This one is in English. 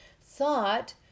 thought